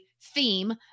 theme